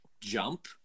jump